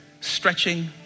stretching